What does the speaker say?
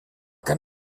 kann